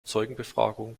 zeugenbefragung